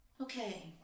Okay